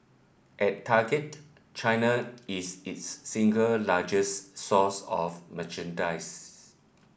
at Target China is its single largest source of merchandise